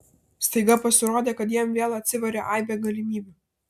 staiga pasirodė kad jam vėl atsiveria aibė galimybių